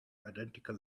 identical